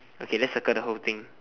okay let's circle the whole thing